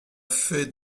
fait